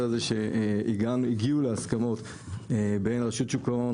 הזה והגיעו להסכמות בין רשות שוק ההון,